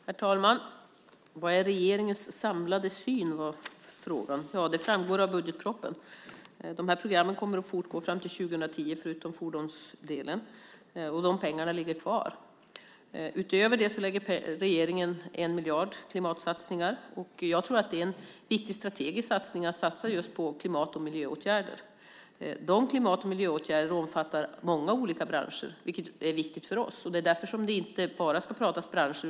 Herr talman! Vilken är regeringens samlade syn? var frågan. Ja, det framgår av budgetpropositionen. De här programmen kommer att fortgå fram till 2010, förutom fordonsdelen, så de pengarna ligger kvar. Utöver det lägger regeringen 1 miljard på klimatsatsningar. Jag tror att det är en viktig strategisk satsning att just satsa på klimat och miljöåtgärder. De klimat och miljöåtgärderna omfattar många olika branscher, vilket är viktigt för oss. Det är därför som det inte bara ska pratas om branscher.